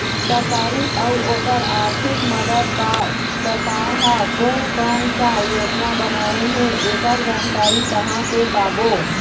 सरकारी अउ ओकर आरथिक मदद बार सरकार हा कोन कौन सा योजना बनाए हे ऐकर जानकारी कहां से पाबो?